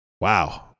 Wow